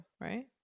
right